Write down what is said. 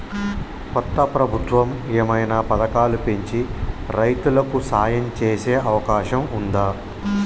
కొత్త ప్రభుత్వం ఏమైనా పథకాలు పెంచి రైతులకు సాయం చేసే అవకాశం ఉందా?